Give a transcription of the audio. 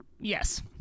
yes